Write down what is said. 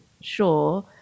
sure